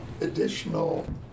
additional